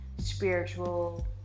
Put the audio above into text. spiritual